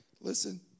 Listen